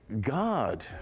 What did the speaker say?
God